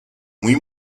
mój